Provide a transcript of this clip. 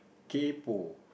kaypo